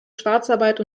schwarzarbeit